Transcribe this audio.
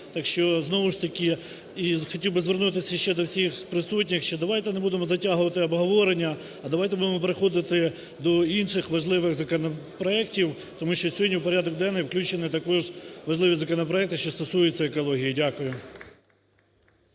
Так що знову ж таки… І хотів би звернутися ще до всіх присутніх. Що давайте не будемо затягувати обговорення, а давайте будемо переходити до інших важливих законопроектів. Тому що сьогодні в порядок денний включені також важливі законопроекти, що стосуються екології. Дякую.